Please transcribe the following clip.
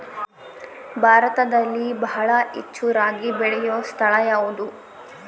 ಭಾರತದಲ್ಲಿ ಬಹಳ ಹೆಚ್ಚು ರಾಗಿ ಬೆಳೆಯೋ ಸ್ಥಳ ಯಾವುದು?